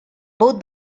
both